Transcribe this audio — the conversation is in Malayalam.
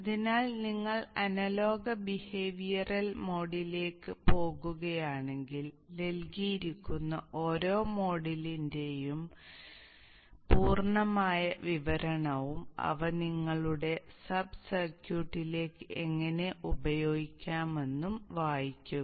അതിനാൽ നിങ്ങൾ അനലോഗ് ബിഹേവിയറൽ മോഡലിലേക്ക് പോകുകയാണെങ്കിൽ നൽകിയിരിക്കുന്ന ഓരോ മോഡലിന്റെയും പൂർണ്ണമായ വിവരണവും അവ നിങ്ങളുടെ സബ് സർക്യൂട്ടിലേക്ക് എങ്ങനെ ഉപയോഗിക്കാമെന്നും വായിക്കുക